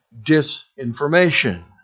disinformation